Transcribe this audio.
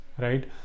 right